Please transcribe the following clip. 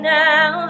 now